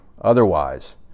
otherwise